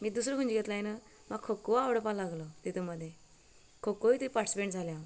मागीर दुसरो खंयचो घेतले हांवेन म्हाका खोखो आवडपाक लागलो तितूंत मदें खोको हितू पार्टिसीपेट जालें हांव